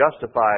justify